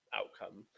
outcome